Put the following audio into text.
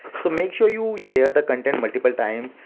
so make sure you share the contents multiple times,